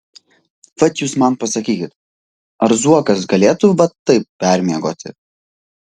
vat jūs man pasakykit ar zuokas galėtų va taip permiegoti